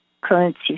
currency